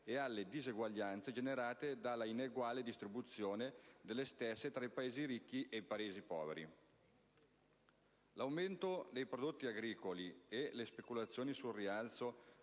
e alle disuguaglianze generate dalla ineguale distribuzione delle stesse tra Paesi ricchi e Paesi poveri. L'aumento dei prezzi dei prodotti agricoli e la speculazione sul rialzo